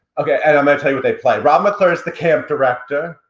okay, and i'm gonna tell you what they played. rob mcclure is the camp director,